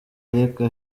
ariko